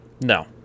No